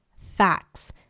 facts